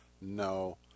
No